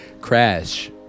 Crash